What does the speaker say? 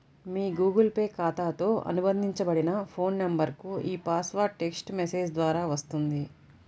మీ Google Pay ఖాతాతో అనుబంధించబడిన phone నంబర్కు ఈ పాస్వర్డ్ టెక్ట్స్ మెసేజ్ ద్వారా వస్తుంది